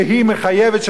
שהיא מחייבת,